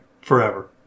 Forever